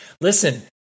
Listen